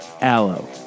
aloe